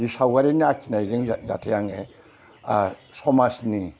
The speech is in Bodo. बे सावगारिनि आखिनायजों जाहाथे आङो समाजनि